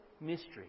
mystery